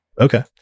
Okay